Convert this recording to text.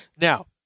Now